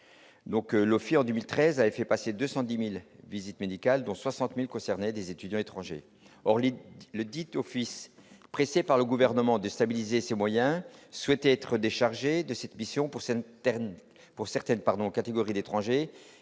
l'OFII a fait passer 210 000 visites médicales, dont 60 000 concernaient des étudiants étrangers. Or ledit office, pressé par le Gouvernement de stabiliser ses moyens, souhaitait être déchargé de cette mission pour certaines catégories d'étrangers,